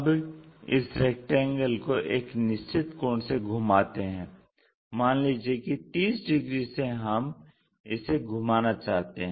अब इस रेक्टेंगल को एक निश्चित कोण से घुमाते हैं मान लीजिये कि 30 डिग्री से हम इसे घुमाना चाहते हैं